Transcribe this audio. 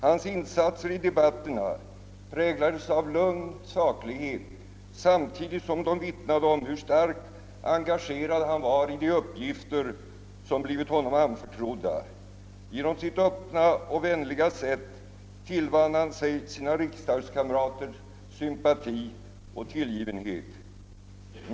Hans insatser i debatterna präglades av lugn saklighet samtidigt som de vittnade om hur starkt engagerad han var i de uppgifter som blivit honom anförtrodda. Genom sitt öppna och vänliga sätt tillvann han sig sina riksdagskamraters sympati och tillgivenhet.